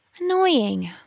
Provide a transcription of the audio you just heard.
Annoying